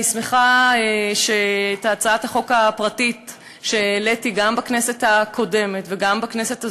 אני שמחה שהצעת החוק הפרטית שהעליתי גם בכנסת הקודמת וגם בכנסת הזאת,